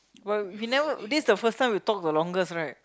but we never this is the first time we talk the longest right